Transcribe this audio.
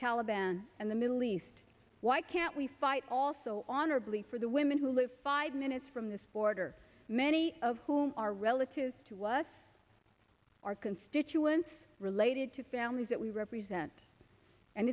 taliban and the middle east why can't we fight also honorably for the women who live five minutes from this border many of whom are relatives to us our constituents related to families that we represent and